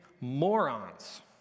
morons